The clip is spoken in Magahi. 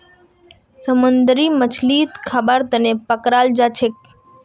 समुंदरी मछलीक खाबार तनौ पकड़ाल जाछेक